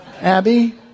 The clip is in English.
Abby